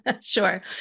Sure